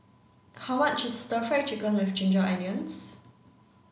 how much is stir fry chicken with ginger onions